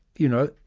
you know,